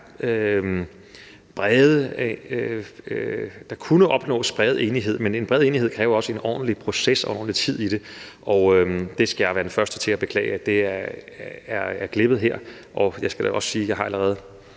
der kunne opnås bred enighed, at så kræver det også en ordentlig proces og ordentlig tid. Jeg skal være den første til beklage, at det er glippet her, og jeg skal da også sige, at jeg allerede